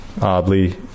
oddly